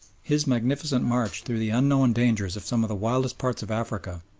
his magnificent march through the unknown dangers of some of the wildest parts of africa,